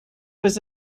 was